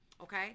okay